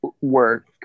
work